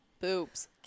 boobs